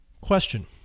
question